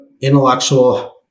Intellectual